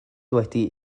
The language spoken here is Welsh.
wedi